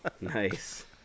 Nice